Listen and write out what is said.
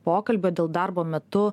pokalbio dėl darbo metu